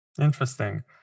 Interesting